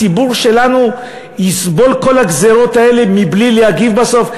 הציבור שלנו יסבול את כל הגזירות האלה בלי להגיב בסוף?